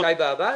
שי באב"ד?